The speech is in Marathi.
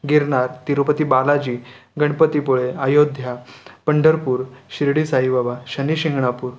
गिरनार तिरुपती बालाजी गणपतीपुळे अयोध्या पंढरपूर शिर्डी साई बाबा शनी शिंगणापूर